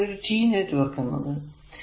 ഇതാണ് ഒരു T network എന്നത്